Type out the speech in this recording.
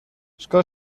sco